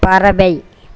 பறவை